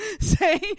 say